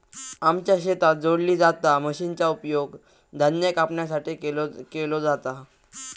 आमच्या शेतात जोडली जाता मशीनचा उपयोग धान्य कापणीसाठी केलो जाता